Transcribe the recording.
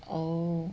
哦